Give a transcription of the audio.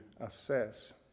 assess